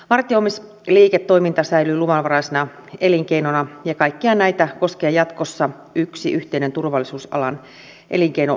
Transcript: vartioimisliiketoiminta säilyy luvanvaraisena elinkeinona ja kaikkia näitä koskee jatkossa yksi yhteinen turvallisuusalan elinkeinolupa